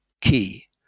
key